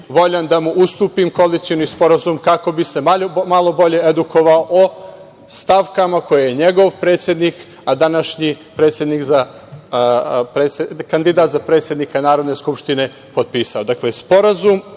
voljan da mu ustupim Koalicioni sporazum kako bi se malo bolje edukovao o stavkama koje je njegov predsednik, a današnji kandidat za predsednika Narodne skupštine potpisao - Sporazum